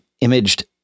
imaged